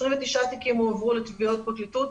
29 תיקים הועברו לתביעות בפרקליטות,